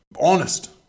honest